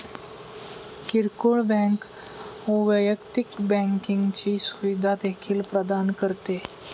किरकोळ बँक वैयक्तिक बँकिंगची सुविधा देखील प्रदान करते